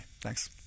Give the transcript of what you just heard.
Thanks